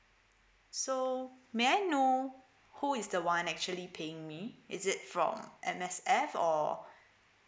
so may I know who is the one actually paying me is it from M_S_F or